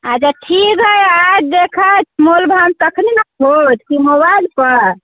अच्छा ठीक है आबि देखब मोलभाव तखने ने किछु की मोबाइल पर